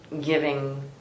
giving